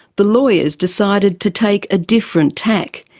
the lawyers decided to take a different tack.